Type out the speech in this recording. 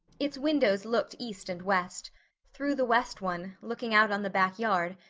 its windows looked east and west through the west one, looking out on the back yard,